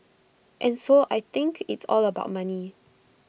and so I think it's all about money